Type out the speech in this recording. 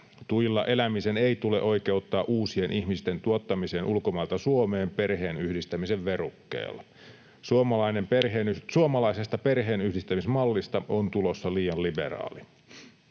Tuilla elämisen ei tule oikeuttaa uusien ihmisten tuottamiseen ulkomailta Suomeen perheenyhdistämisen verukkeella. Suomalaisesta perheenyhdistämismallista on tulossa liian liberaali.